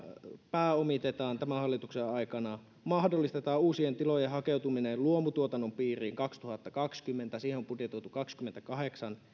pääomitetaan tämän hallituksen aikana mahdollistetaan uusien tilojen hakeutuminen luomutuotannon piiriin vuonna kaksituhattakaksikymmentä siihen on budjetoitu kaksikymmentäkahdeksan